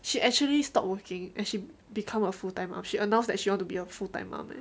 she actually stopped working and she become a full time mum she announced that you want to be a full time mum eh